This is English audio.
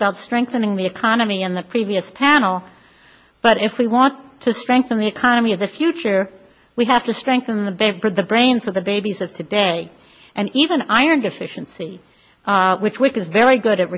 about strengthening the economy in the previous panel but if we want to strengthen the economy of the future we have to strengthen the big bird the brains of the babies of today and even iron deficiency which wick is very good at